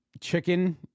Chicken